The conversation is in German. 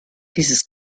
dieses